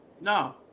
No